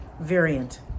variant